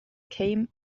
came